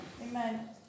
amen